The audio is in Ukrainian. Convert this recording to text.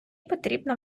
потрібна